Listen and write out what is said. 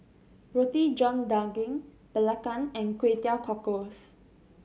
Roti John Daging belacan and Kway Teow Cockles